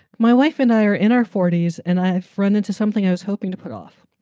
my wife and i are in our forty s and i front into something i was hoping to put off.